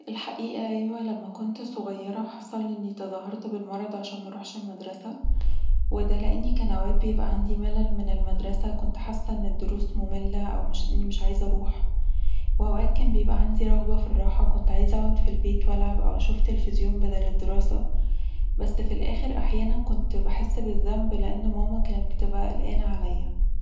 الحقيقه أيوة، لما كنت صغيرة، حصل إن أنا تظاهرت بالمرض عشان مروحش المدرسة، وده لأن اوقات كان بيبقي عندي ملل من المدرسة، كنت حاسه ان الدروس منله او اني مش عايزه اروح واوقات كان بيبقي عندي رغبه في الراحه كنت عايزه اقعد في البيت وألعب او اشوف تلفزيون بدل الدراسه، بس في الاخر احيانا كنت بحس بالذنب لأن ماما كانت بتبقي قلقانه عليا